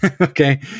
Okay